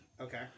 Okay